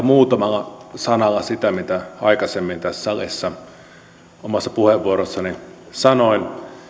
muutamalla sanalla sitä mitä aikaisemmin tässä salissa omassa puheenvuorossani sanoin